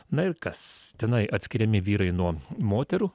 na ir kas tenai atskiriami vyrai nuo moterų